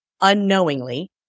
unknowingly